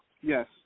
Yes